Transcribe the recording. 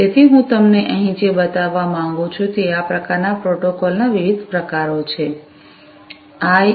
તેથી હું તમને અહીં જે બતાવવા માંગું છું તે આ પ્રકારનાં પ્રોટોકોલનાં વિવિધ પ્રકારો છે આઇ